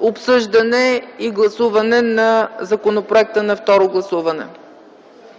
обсъждане и гласуване на законопроекта на второ гласуване.